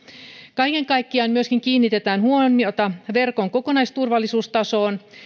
kaiken kaikkiaan myöskin kiinnitetään huomiota verkon kokonaisturvallisuustasoon